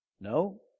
No